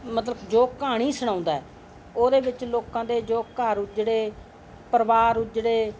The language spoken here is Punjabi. ਮਤਲਬ ਜੋ ਕਹਾਣੀ ਸੁਣਾਉਂਦਾ ਉਹਦੇ ਵਿੱਚ ਲੋਕਾਂ ਦੇ ਜੋ ਘਰ ਉਜੜੇ ਪਰਿਵਾਰ ਉਜੜੇ